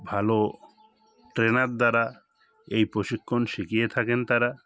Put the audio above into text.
ভালো ট্রেনার দ্বারা এই প্রশিক্ষণ শিখিয়ে থাকেন তারা